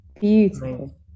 Beautiful